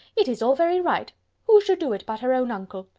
it is all very right who should do it but her own uncle?